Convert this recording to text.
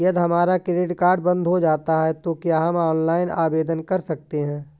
यदि हमारा credit card बंद हो जाता है तो क्या हम ऑनलाइन आवेदन कर सकते हैं?